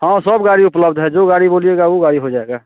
हाँ सब गाड़ी उपलब्ध हैं जो गाड़ी बोलिएगा वह गाड़ी हो जाएगा